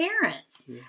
parents